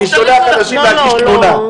אני שולח אנשים להגיש תלונה.